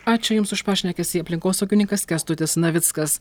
ačiū jums už pašnekesį aplinkosaugininkas kęstutis navickas